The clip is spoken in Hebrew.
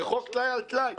זה חוק טלאי על טלאי.